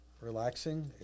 relaxing